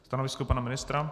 Stanovisko pana ministra?